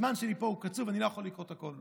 הזמן שלי פה הוא קצוב, אני לא יכול לקרוא הכול.